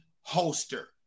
holster